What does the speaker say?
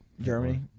Germany